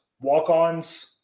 walk-ons